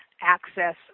access